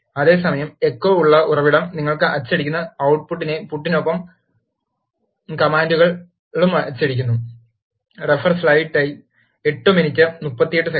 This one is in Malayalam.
അതേസമയം എക്കോ ഉള്ള ഉറവിടം നിങ്ങൾ അച്ചടിക്കുന്ന output ട്ട് പുട്ടിനൊപ്പം കമാൻഡുകളും അച്ചടിക്കുന്നു